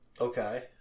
Okay